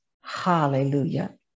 hallelujah